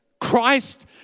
Christ